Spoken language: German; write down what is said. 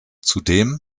zudem